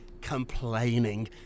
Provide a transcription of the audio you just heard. complaining